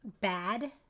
bad